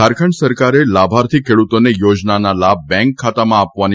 ઝારખંડ સરકારે લાભાર્થી ખેડૂતોને યોજનાના લાભ બેન્ક ખાતામાં આપવાની